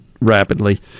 rapidly